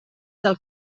del